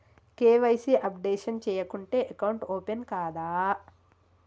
KYC updation చేయకుంటే account open కాదా?